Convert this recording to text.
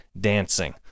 dancing